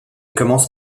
commence